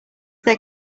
their